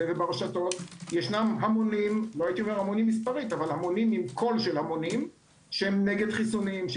וברשתות יש המונים לא מספרית אבל עם קול של המונים שהם נגד חיסונים,